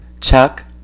Chuck